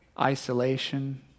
isolation